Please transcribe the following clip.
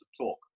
talk